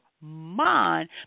mind